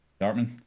Dartman